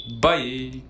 Bye